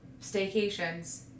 staycations